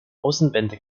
außenwände